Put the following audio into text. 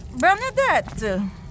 Bernadette